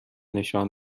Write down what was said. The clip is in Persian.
نشان